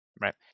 right